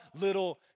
little